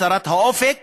צרת האופק